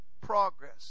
progress